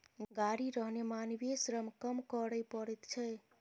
गाड़ी रहने मानवीय श्रम कम करय पड़ैत छै